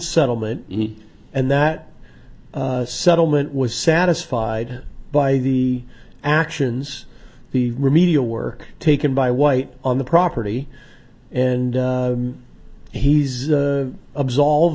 settlement and that settlement was satisfied by the actions the remedial work taken by white on the property and he's absolve